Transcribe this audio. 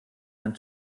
and